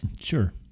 Sure